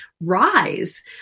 rise